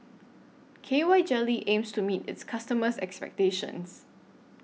K Y Jelly aims to meet its customers' expectations